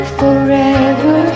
forever